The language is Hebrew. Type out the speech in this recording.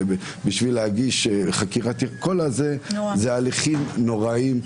ההליכים האלה הם הליכים נוראיים.